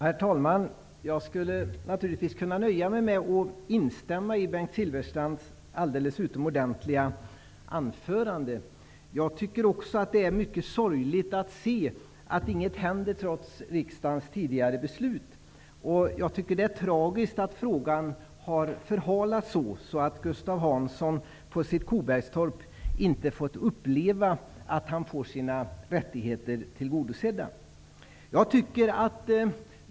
Herr talman! Jag skulle kunna nöja mig med att instämma i Bengt Silfverstrands alldeles utomordentliga anförande. Det är sorgligt att se att inget händer, trots riksdagens tidigare beslut. Det är också tragiskt att frågan har förhalats så, att Gustav Hansson på sitt Kobergstorp inte fått uppleva att han får sina rättigheter tillgodosedda.